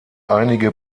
einige